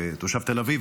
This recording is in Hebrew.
כתושב תל אביב,